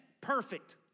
Perfect